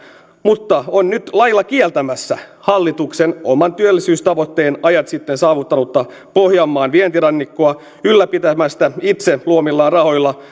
mutta nyt se on lailla kieltämässä hallituksen oman työllisyystavoitteen ajat sitten saavuttanutta pohjanmaan vientirannikkoa ylläpitämästä itse luomillaan rahoilla